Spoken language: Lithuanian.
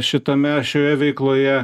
šitame šioje veikloje